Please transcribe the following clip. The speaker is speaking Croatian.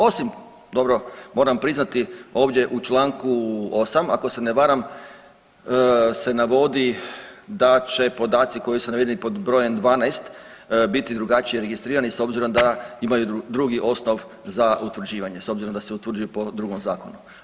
Osim dobro moram priznati ovdje u članku 8. ako se ne varam se navodi da će podaci koji su navedeni pod brojem 12. biti drugačije registrirani s obzirom da imaju drugi osnov za utvrđivanje s obzirom da se utvrđuju po drugom zakonu.